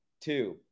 two